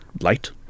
Light